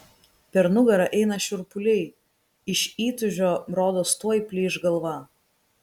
per nugarą eina šiurpuliai iš įtūžio rodos tuoj plyš galva